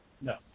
No